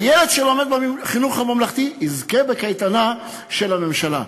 הילד שלומד בחינוך הממלכתי יזכה בקייטנה של הממשלה,